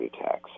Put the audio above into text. attacks